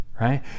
right